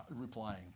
replying